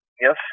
Yes